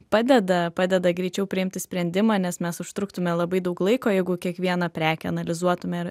padeda padeda greičiau priimti sprendimą nes mes užtruktume labai daug laiko jeigu kiekvieną prekę analizuotume ir